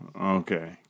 Okay